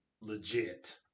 legit